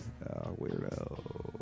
weirdo